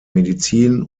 medizin